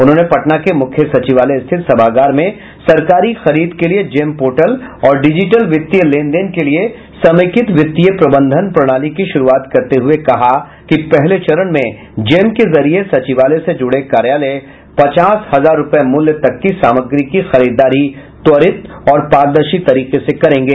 उन्होंने पटना के मुख्य सचिवालय स्थित सभागार में सरकारी खरीद के लिए जेम पोर्टल और डिजिटल वित्तीय लेन देन के लिए समेकित वित्तीय प्रबंधन प्रणाली की शुरूआत करते हुये कहा कि पहले चरण में जेम के जरिए सचिवालय से जुड़े कार्यालय पचास हजार रुपये मूल्य तक की सामग्री की खरीददारी त्वरित और पारदर्शी तरीके से करेंगे